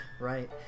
Right